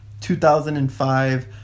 2005